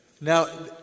Now